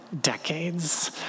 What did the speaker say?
decades